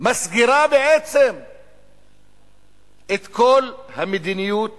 מסגירה בעצם את כל המדיניות